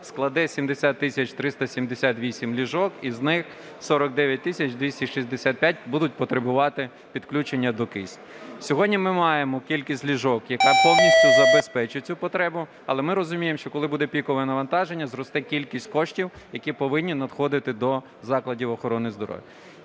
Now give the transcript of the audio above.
складе 70 тисяч 378 ліжок, із них 49 тисяч 265 будуть потребувати підключення до кисню. Сьогодні ми маємо кількість ліжок, яка повністю забезпечить цю потребу, але ми розуміємо, що коли буде пікове навантаження, зросте кількість коштів, які повинні надходити до закладів охорони здоров'я.